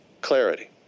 clarity